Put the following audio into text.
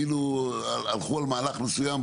כאילו הלכו על מהלך מסוים,